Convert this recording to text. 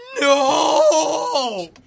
No